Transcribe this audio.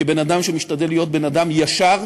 כבן-אדם שמשתדל להיות בן-אדם ישר,